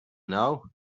now